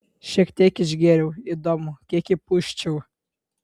šiek tiek išgėriau įdomu kiek įpūsčiau